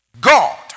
God